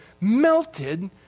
melted